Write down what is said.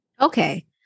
okay